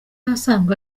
asanzwe